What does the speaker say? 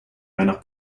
einer